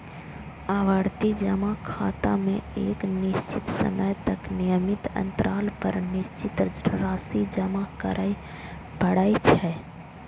आवर्ती जमा खाता मे एक निश्चित समय तक नियमित अंतराल पर निश्चित राशि जमा करय पड़ै छै